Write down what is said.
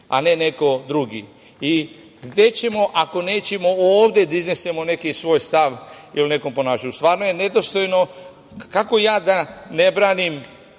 a ne neko drugi i gde ćemo, ako nećemo ovde da iznesemo neki svoj stav i o nekom ponašanju. Stvarno je nedostojno kako ja da ne branim,